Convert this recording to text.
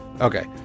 Okay